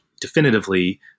definitively